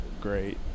great